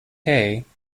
princess